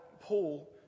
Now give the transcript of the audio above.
Paul